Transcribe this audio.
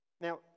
Now